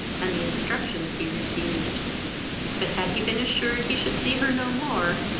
and the instructions he received but, had he been assured he should see her no more,